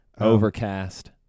Overcast